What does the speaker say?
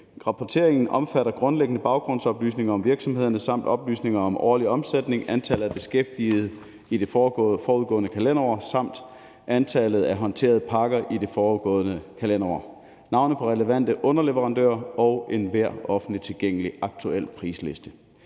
Rapporteringen omfatter grundlæggende baggrundsoplysninger om virksomhederne samt oplysninger om årlig omsætning, antal af beskæftigede i det forudgående kalenderår samt antallet af håndterede pakker i det foregående kalenderår, navnet på relevante underleverandører og enhver offentlig tilgængelig aktuel prisliste.